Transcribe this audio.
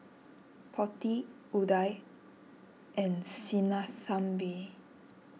Potti Udai and Sinnathamby